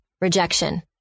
Rejection